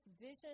vision